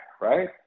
right